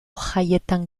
jaietan